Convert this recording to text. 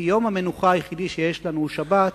כי יום המנוחה היחיד שיש לנו הוא שבת,